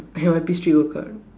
N_Y_P street go kart